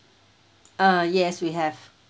mm yes we have